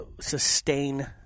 sustain